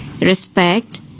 respect